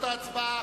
ההצבעה,